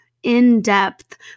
in-depth